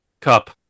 cup